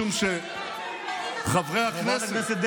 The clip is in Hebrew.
משום שחברי הכנסת,